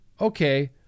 okay